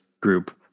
group